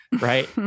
right